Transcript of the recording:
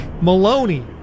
maloney